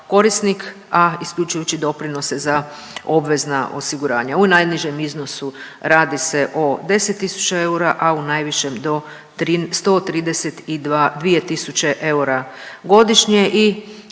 korisnik, a isključujući doprinose za obvezna osiguranja. U najnižem iznosu radi se o 10 tisuća eura, a u najvišem do 132 tisuće eura godišnje i